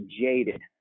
jaded